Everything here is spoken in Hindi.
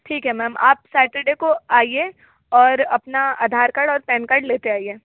ठीक है मैम आप सैटरडे को आइए और अपना आधार कार्ड और पेनकार्ड लेते आइए